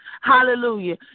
Hallelujah